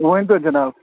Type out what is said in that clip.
ؤنۍتو جناب